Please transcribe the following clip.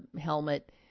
helmet